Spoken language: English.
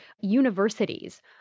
universities